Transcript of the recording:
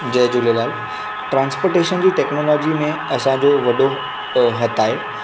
जय Jhulelal transportation जी technology में असांजो वॾो हथु आहे